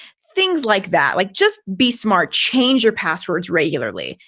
things like that, like just be smart. change your passwords regularly,